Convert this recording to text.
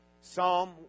Psalm